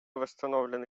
восстановлены